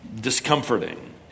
discomforting